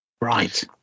right